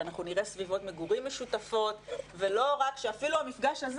שאנחנו נראה סביבות מגורים משותפות ולא רק שאפילו המפגש הזה